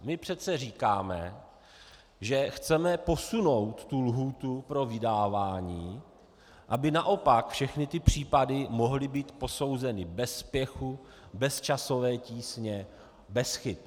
My přece říkáme, že chceme posunout tu lhůtu pro vydávání, aby naopak všechny ty případy mohly být posouzeny bez spěchu, bez časové tísně, bez chyb.